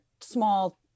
small